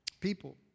people